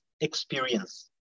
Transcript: experience